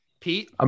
Pete